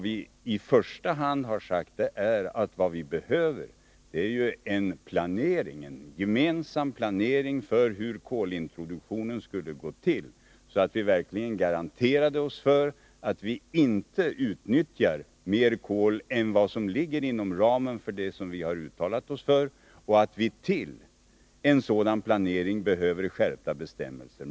Vi menar att det behövs en gemensam planering för hur kolintroduktionen skall gå till, så att vi garderar oss mot att utnyttja mer kol än vad som ligger inom ramen för vad vi uttalat oss för. Till en sådan planering behövs skärpta bestämmelser.